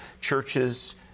Churches